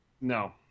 No